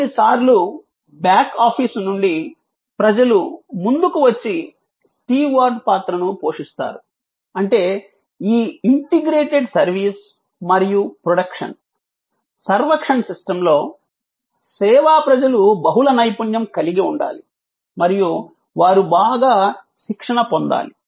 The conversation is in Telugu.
కొన్నిసార్లు బ్యాక్ ఆఫీస్ నుండి ప్రజలు ముందుకు వచ్చి స్టీవార్డ్ పాత్రను పోషిస్తారు అంటే ఈ ఇంటిగ్రేటెడ్ సర్వీస్ మరియు ప్రొడక్షన్ సర్వక్షన్ సిస్టమ్లో సేవా ప్రజలు బహుళ నైపుణ్యం కలిగి ఉండాలి మరియు వారు బాగా శిక్షణ పొందాలి